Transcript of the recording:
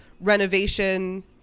renovation